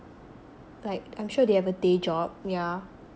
like I am sure they have a day job yeah